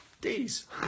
days